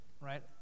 right